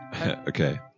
Okay